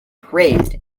praised